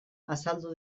azaldu